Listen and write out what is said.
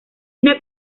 una